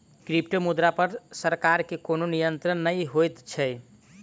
क्रिप्टोमुद्रा पर सरकार के कोनो नियंत्रण नै होइत छै